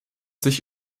sich